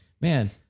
man